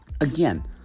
again